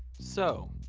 so,